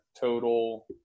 total